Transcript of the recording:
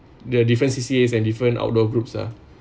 the different C_C_A and different outdoor groups ah